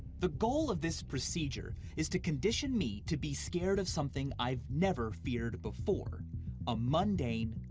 the goal of this procedure is to condition me to be scared of something i've never feared before a mundane,